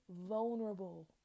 vulnerable